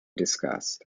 discussed